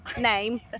name